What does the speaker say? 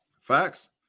Facts